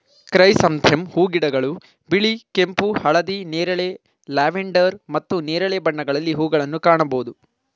chrysanthemum ಹೂಗಿಡಗಳು ಬಿಳಿ, ಕೆಂಪು, ಹಳದಿ, ನೇರಳೆ, ಲ್ಯಾವೆಂಡರ್ ಮತ್ತು ನೇರಳೆ ಬಣ್ಣಗಳಲ್ಲಿ ಹೂಗಳನ್ನು ಕಾಣಬೋದು